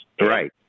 Right